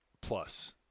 plus